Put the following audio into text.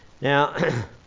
Now